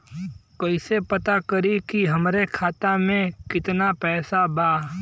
कइसे पता करि कि हमरे खाता मे कितना पैसा बा?